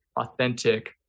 authentic